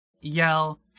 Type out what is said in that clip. yell